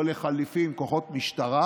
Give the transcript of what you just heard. או לחלופין את כוחות המשטרה,